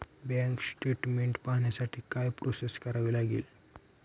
Bank statement पाहण्यासाठी काय process करावी लागेल?